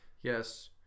Yes